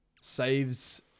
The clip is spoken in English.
saves